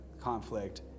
conflict